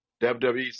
WWE